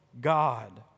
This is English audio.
God